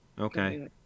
okay